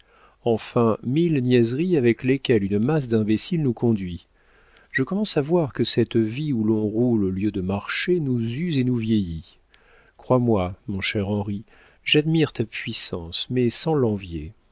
enfin mille niaiseries avec lesquelles une masse d'imbéciles nous conduit je commence à voir que cette vie où l'on roule au lieu de marcher nous use et nous vieillit crois-moi mon cher henri j'admire ta puissance mais sans l'envier